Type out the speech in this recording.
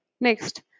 Next